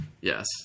Yes